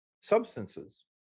substances